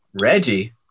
Reggie